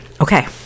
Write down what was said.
Okay